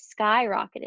skyrocketed